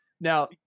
now